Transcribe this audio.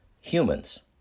humans